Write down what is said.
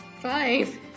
Five